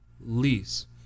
lease